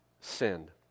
sinned